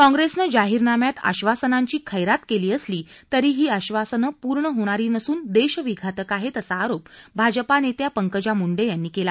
काँग्रेसनं जाहीरनाम्यात आश्वासनांची खेरात केली असली तरी ही आश्वासनं पूर्ण होणारी नसून देशविघातक आहेत असा आरोप भाजपा नेत्या पंकजा मुंडे यांनी केला